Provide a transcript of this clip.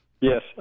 Yes